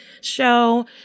show